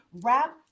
wrap